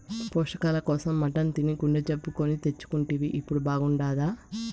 పోషకాల కోసం మటన్ తిని గుండె జబ్బు కొని తెచ్చుకుంటివి ఇప్పుడు బాగుండాదా